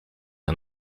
and